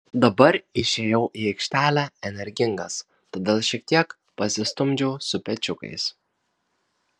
dabar išėjau į aikštelę energingas todėl šiek tiek pasistumdžiau su pečiukais